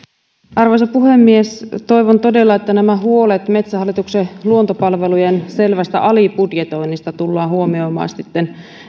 arvoisa puhemies toivon todella että nämä huolet metsähallituksen luontopalvelujen selvästä alibudjetoinnista tullaan huomioimaan